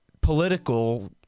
political